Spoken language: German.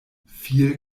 viel